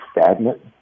stagnant